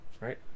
right